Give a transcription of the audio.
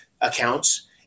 accounts